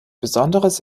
besonderes